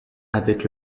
avec